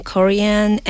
Korean